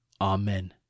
Amen